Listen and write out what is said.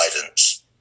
guidance